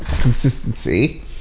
consistency